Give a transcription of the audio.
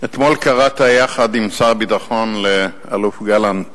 אתמול קראת יחד עם שר הביטחון לאלוף גלנט